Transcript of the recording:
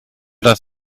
das